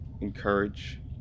encourage